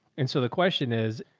and so the question is,